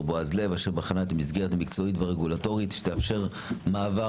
בועז לב אשר בחנה את המסגרת המקצועיות והרגולטורית שתאפשר מעבר